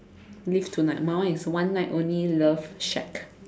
live tonight my one is one night only love shack